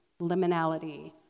liminality